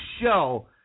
show